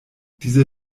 diese